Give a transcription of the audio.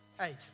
eight